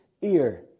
ear